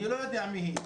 אני לא יודע מי היא,